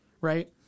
right